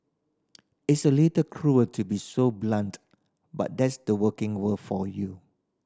it's a little cruel to be so blunt but that's the working world for you